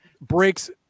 breaks